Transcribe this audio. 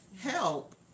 help